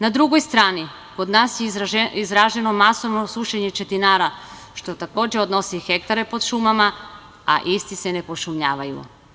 Na drugoj strani, kod nas je izraženo masovno sušenje četinara, što takođe odnosi hektare pod šumama, a isti se ne pošumljavaju.